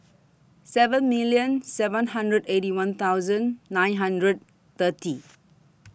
seven million seven hundred Eighty One thousand nine hundred thirty